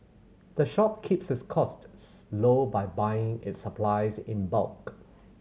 the shop keeps its costs low by buying its supplies in bulk